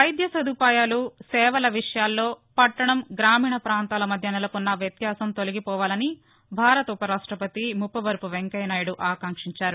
వైద్య సదుపాయాలు సేవల విషయాల్లో పట్టణం గ్రామీణ ప్రాంతాల మధ్య నెలకొన్న వ్యత్యాసం తొలిగిపోవాలని భారత ఉప రాష్టపతి ముప్పవరపు వెంకయ్య నాయుడు ఆకాంక్షించారు